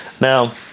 Now